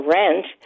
rent